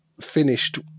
finished